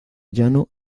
llano